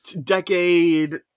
decade